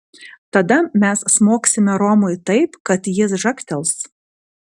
tada mes smogsime romui taip kad jis žagtels